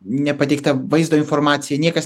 nepateikta vaizdo informacija niekas